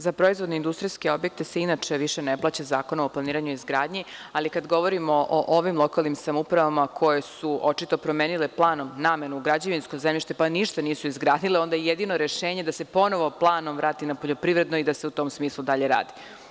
Za proizvodne industrijske objekte se inače više ne plaća Zakonom o planiranju i izgradnji, ali kada govorimo o ovim lokalnim samoupravama koje su očito promenile planom namenu u građevinsko zemljište pa ništa nisu izgradile, onda je jedino rešenje da se ponovo planom vrate na poljoprivredno i da se u tom smislu dalje radi.